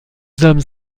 hommes